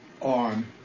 on